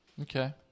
Okay